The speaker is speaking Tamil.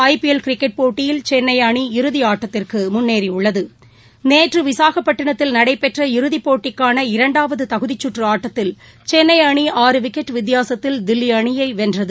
ஐ பிஎல் கிரிக்கெட் போட்டியில் சென்னைஅணி இறுதிஆட்டத்திற்குமுன்னேறியுள்ளது நேற்றுவிசாகப்பட்டினத்தில் நடைபெற்ற இறுதிப்போட்டிக்காள இரண்டாவதுதகுதிசுற்றுச் ஆட்டத்தில் சென்னைஅணி ஆறு விக்கெட் வித்தியாசத்தில் தில்லிஅணியைவென்றது